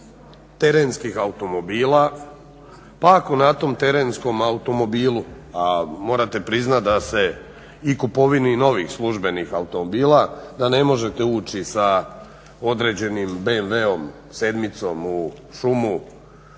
terenskih automobila, pa ako na tom terenskom automobilu a morate priznati da se i kupovini novih službenih automobila, da ne možete ući sa određenim BMV sedmicom u šumu,